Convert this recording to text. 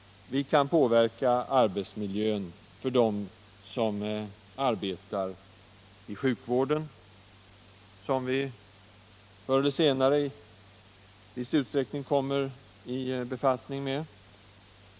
Vi kan påverka arbetsmiljön för dem som arbetar i sjukvården, som vi förr eller senare kommer i kontakt med.